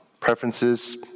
Preferences